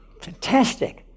Fantastic